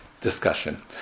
discussion